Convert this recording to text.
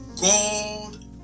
God